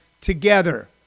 together